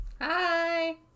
hi